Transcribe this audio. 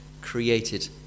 created